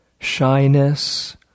shyness